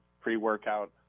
pre-workout